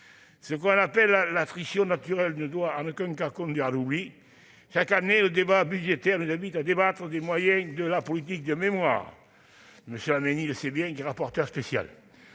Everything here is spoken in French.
Ce qu'on appelle l'attrition naturelle ne doit en aucun cas conduire à l'oubli. Chaque année, le débat budgétaire nous invite à discuter des moyens de la politique de mémoire- M. Laménie le sait bien, puisqu'il en est le rapporteur spécial.